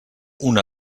una